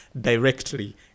directly